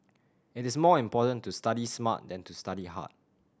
it is more important to study smart than to study hard